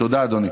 תודה, אדוני.